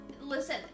Listen